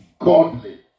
godly